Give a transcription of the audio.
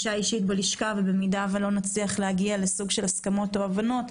ואם לא נצליח להגיע לסוג של הסכמות או הבנות,